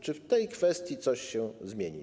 Czy w tej kwestii coś się zmieni?